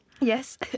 Yes